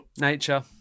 nature